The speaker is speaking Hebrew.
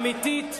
אמיתית,